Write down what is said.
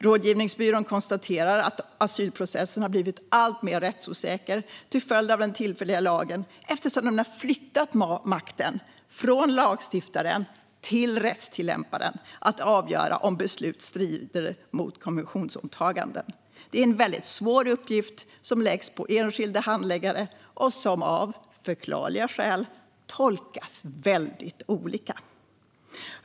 Rådgivningsbyrån konstaterar att asylprocessen har blivit alltmer rättsosäker till följd av den tillfälliga lagen eftersom den har flyttat makten från lagstiftaren till rättstillämparen att avgöra om beslut strider mot konventionsåtaganden. Det är en väldigt svår uppgift som läggs på enskilda handläggare och som av förklarliga skäl tolkas väldigt olika.